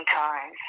time